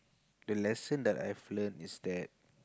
the lesson that I've learnt is that